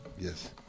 Yes